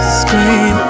scream